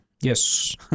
yes